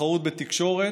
תחרות בתקשורת.